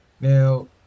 now